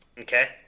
Okay